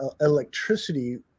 electricity